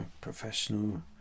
professional